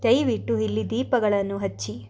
ದಯವಿಟ್ಟು ಇಲ್ಲಿ ದೀಪಗಳನ್ನು ಹಚ್ಚಿ